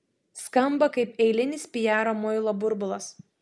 skamba kaip eilinis piaro muilo burbulas